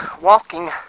walking